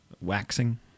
waxing